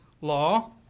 law